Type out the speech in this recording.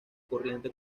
corriente